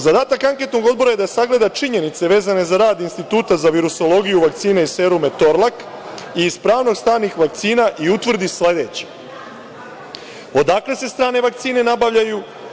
Zadatak anketnog odbora je da sagleda činjenice vezane za rad Instituta za virusologiju, vakcine i serume „Torlak“ i ispravnost stranih vakcina i utvrdi sledeće: odakle se strane vakcine nabavljaju?